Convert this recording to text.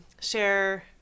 share